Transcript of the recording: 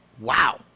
wow